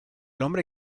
hombre